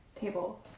table